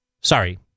Sorry